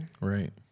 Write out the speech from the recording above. Right